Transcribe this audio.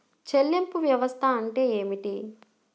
చెల్లింపు వ్యవస్థ అంటే ఏమిటి?